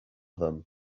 them